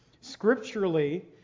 scripturally